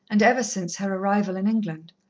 and ever since her arrival in england.